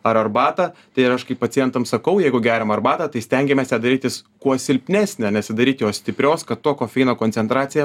ar arbatą tai ir aš kai pacientam sakau jeigu geriam arbatą tai stengiamės ją darytis kuo silpnesnę nesidaryti jos stiprios kad to kofeino koncentracija